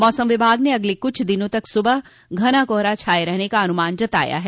मौसम विभाग ने अगले कुछ दिनों तक सुबह घना कोहरा छाये रहने का अनुमान जताया है